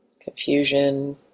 Confusion